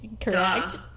correct